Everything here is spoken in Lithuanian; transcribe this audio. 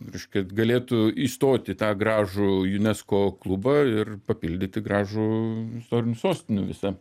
reiškia galėtų įstoti į tą gražų unesco klubą ir papildyti gražų istorinių sostinių visą